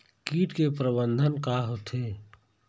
कीट प्रबंधन का होथे?